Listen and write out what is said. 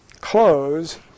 close